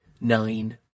Nine